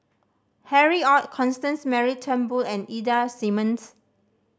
Harry Ord Constance Mary Turnbull and Ida Simmons